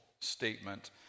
statement